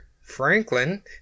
Franklin